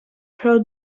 pro